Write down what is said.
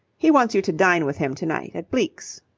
he wants you to dine with him to-night at bleke's.